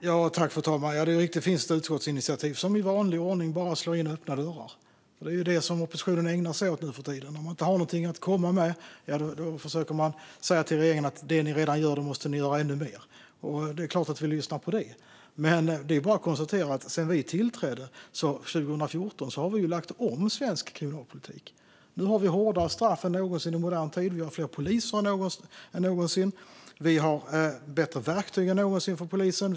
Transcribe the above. Fru talman! Det är riktigt att det finns ett förslag till utskottsinitiativ, som i vanlig ordning bara slår in öppna dörrar. Det är det som oppositionen ägnar sig åt nu för tiden. Om man inte har någonting att komma med försöker man säga till regeringen att det ni redan gör måste ni göra ännu mer av. Det är klart att vi lyssnar på det, men det är bara att konstatera: Sedan vi tillträdde 2014 har vi lagt om svensk kriminalpolitik. Nu har vi hårdare straff än någonsin i modern tid. Vi har fler poliser än någonsin. Vi har bättre verktyg för polisen än någonsin.